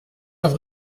auf